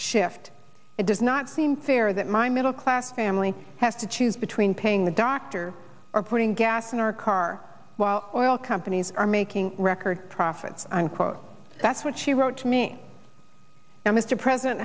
shift it does not seem fair that my middle class family has to choose between paying the doctor or putting gas in our car while oil companies are making record profits unquote that's what she wrote to me now mr president